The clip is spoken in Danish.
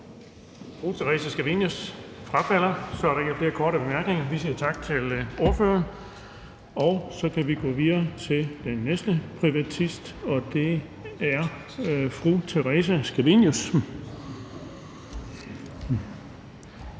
Fru Theresa Scavenius frafalder. Så er der ikke flere korte bemærkninger. Vi siger tak til ordføreren. Og så kan vi gå videre til den næste privatist, og det er fru Theresa Scavenius.